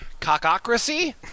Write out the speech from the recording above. Cockocracy